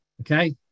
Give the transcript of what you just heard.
Okay